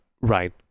Right